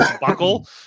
buckle